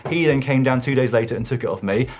he then came down two days later, and took it off me.